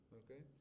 okay